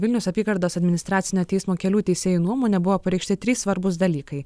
vilniaus apygardos administracinio teismo kelių teisėjų nuomone buvo pareikšti trys svarbūs dalykai